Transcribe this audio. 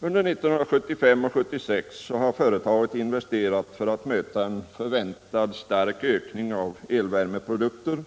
Under 1975 och 1976 investerade företaget för att möta en enligt prognoserna väntad stark ökning av användningen av elvärmeprodukter.